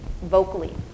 vocally